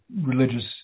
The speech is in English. religious